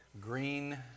Green